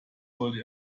sollte